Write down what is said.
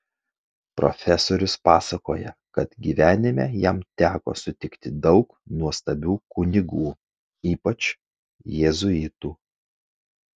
profesorius pasakoja kad gyvenime jam teko sutikti daug nuostabių kunigų ypač jėzuitų